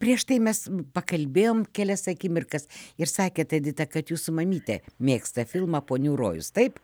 prieš tai mes pakalbėjom kelias akimirkas ir sakėt edita kad jūsų mamytė mėgsta filmą ponių rojus taip